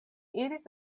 iris